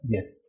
Yes